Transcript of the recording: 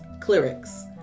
clerics